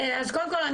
קודם כל,